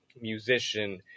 musician